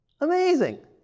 Amazing